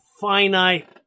finite